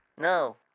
No